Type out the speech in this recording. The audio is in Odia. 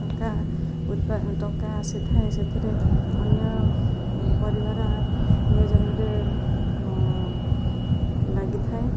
ଟଙ୍କା ଟଙ୍କା ଆସିଥାଏ ସେଥିରେ ଅନ୍ୟ ପରିବାର ନିୟୋଜନରେ ଲାଗିଥାଏ